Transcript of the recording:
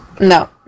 No